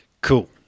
Cool